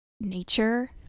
nature